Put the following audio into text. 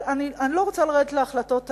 אבל אני לא רוצה לרדת להחלטות האלה,